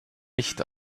nicht